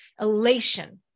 elation